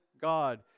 God